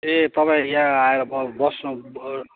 ए तपाईँ यहाँ आएर बस्नु ब